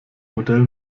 modell